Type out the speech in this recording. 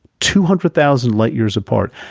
two hundred thousand light years apart,